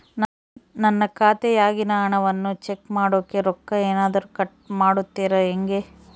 ನನ್ನ ಖಾತೆಯಾಗಿನ ಹಣವನ್ನು ಚೆಕ್ ಮಾಡೋಕೆ ರೊಕ್ಕ ಏನಾದರೂ ಕಟ್ ಮಾಡುತ್ತೇರಾ ಹೆಂಗೆ?